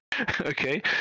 okay